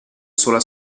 sola